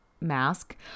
mask